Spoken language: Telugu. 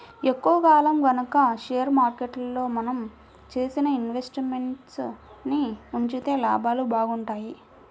ఎక్కువ కాలం గనక షేర్ మార్కెట్లో మనం చేసిన ఇన్వెస్ట్ మెంట్స్ ని ఉంచితే లాభాలు బాగుంటాయి